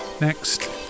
Next